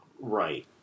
right